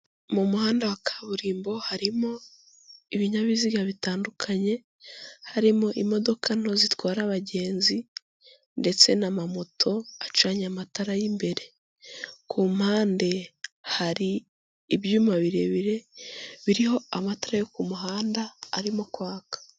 Mu muhanda wa kaburimbo harimo ibinyabiziga bitandukanye harimo imodoka nto zitwara abagenzi ndetse n'amamoto acanye amatara y'imbere ku mpande hari ibyuma birebire biriho amatara yo ku muhanda arimo kwaka.